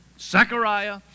Zechariah